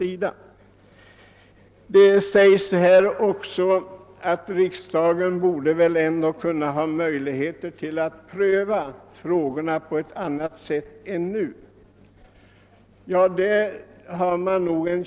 Man har också menat att riksdagen borde kunna pröva frågorna på ett annat sätt än vad som för närvarande är fallet.